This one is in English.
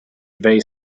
they